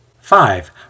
Five